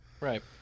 Right